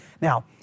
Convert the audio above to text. Now